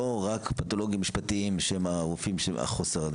רק פתולוגיים משפטיים שהם הרופאים בחוסר,